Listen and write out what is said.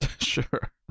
Sure